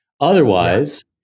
Otherwise